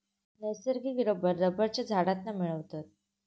नैसर्गिक रबर रबरच्या झाडांतना मिळवतत